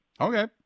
okay